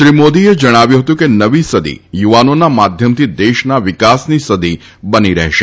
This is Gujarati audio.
શ્રી મોદીએ જણાવ્યું હતું કે નવી સદી યુવાનોના માધ્યમથી દેશના વિકાસની સદી બની રહેશે